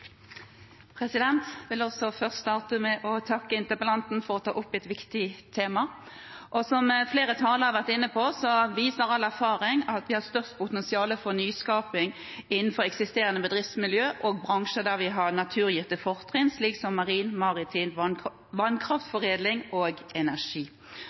vil også starte med å takke interpellanten for å ta opp et viktig tema. Som flere talere har vært inne på, viser all erfaring at vi har størst potensial for nyskaping innenfor eksisterende bedriftsmiljøer og bransjer der vi har naturgitte fortrinn, slik som marin, maritim, vannkraftforedling og energi.